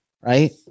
right